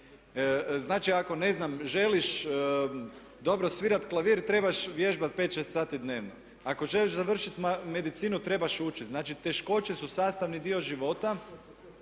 Znači ako ne znam, želiš dobro svirati klavir trebaš vježbati 5, 6 sati dnevno, ako želiš završiti medicinu, trebaš učiti. Znači teškoće su sastavni dio života